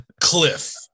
Cliff